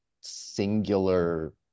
singular